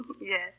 Yes